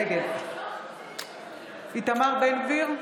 נגד איתמר בן גביר,